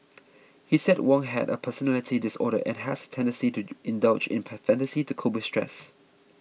he said Wong has a personality disorder and has a tendency to indulge in fantasy to cope with stress